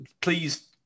Please